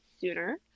sooner